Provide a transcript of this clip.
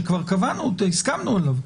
שכבר קבענו והסכמנו עליו,